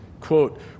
quote